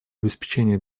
обеспечения